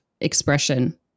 expression